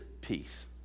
peace